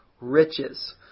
riches